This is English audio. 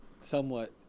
somewhat